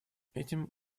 этим